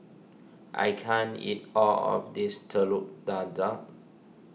I can't eat all of this Telur Dadah